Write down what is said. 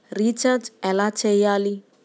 Recharge ఎలా చెయ్యాలి?